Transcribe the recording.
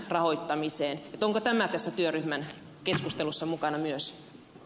onko tämä tässä työryhmän keskustelussa mukana myös